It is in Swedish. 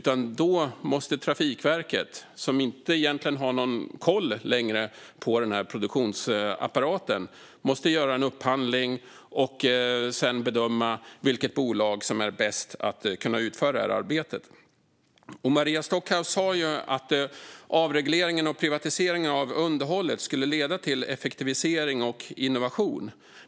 Då måste nämligen Trafikverket, som egentligen inte längre har någon koll på produktionsapparaten, göra en upphandling och sedan bedöma vilket bolag som är bäst lämpat att utföra arbetet. Maria Stockhaus sa att avregleringen och privatiseringen av underhållet skulle leda till effektivisering och innovation.